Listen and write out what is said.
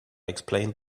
explained